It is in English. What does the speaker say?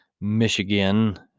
Michigan